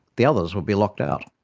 the others would be locked out.